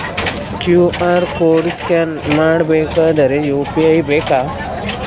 QR code scan ಮಾಡಬೇಕಾದರೆ UPI ಬೇಕಾ?